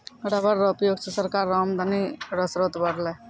rubber रो उयोग से सरकार रो आमदनी रो स्रोत बरलै